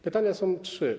Pytania są trzy.